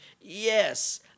yes